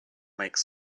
make